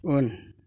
उन